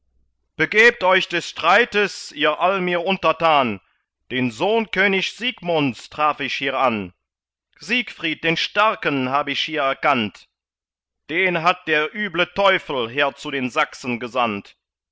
begebt euch des streites ihr all mir untertan den sohn könig siegmunds traf ich hier an siegfried den starken hab ich hier erkannt den hat der üble teufel her zu den sachsen gesandt